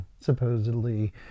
supposedly